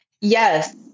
Yes